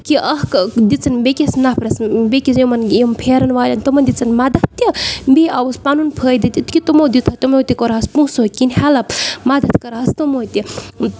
کہِ اکھ دِژَن بیٚکِس نفرَس بیٚکِنۍ یِمن پھیرن والین تٕمن دِژَن مدد تہِ بیٚیہِ آوُس پَنُن فٲید تہِ کہِ تِمو دِتکھ تہِ کوٚرہس پونسو کِنۍ ہیٚلٕپ مدد کٔرہس تِمو تہِ